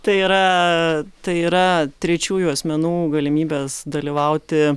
tai yra tai yra trečiųjų asmenų galimybės dalyvauti